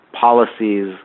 policies